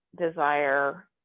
desire